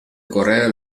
corea